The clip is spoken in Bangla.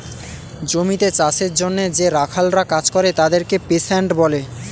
জমিতে চাষের জন্যে যে রাখালরা কাজ করে তাদেরকে পেস্যান্ট বলে